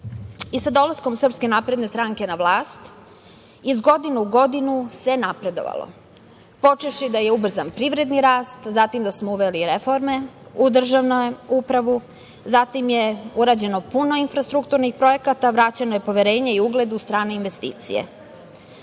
Sa dolaskom SNS na vlast, iz godine u godinu se napredovalo, počevši da je ubrzan privredni rast, zatim da smo uveli reforme u državnu upravu, zatim je urađeno puno infrastrukturnih projekata, vraćeno je poverenje i ugled u strane investicije. Ali,